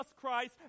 Christ